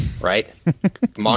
right